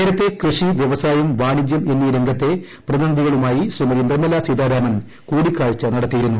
നേരത്തു കൃഷി വൃവസായം വാണിജൃം എന്നീ രംഗത്തെ പ്രതിനിധിക്കളുമായി ശ്രീമതി നിർമ്മലാ സീതാരാമൻ കൂടിക്കാഴ്ച നടത്തിയിരുന്നു